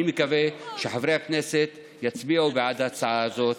אני מקווה שחברי הכנסת יצביעו בעד ההצעה הזאת.